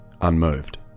unmoved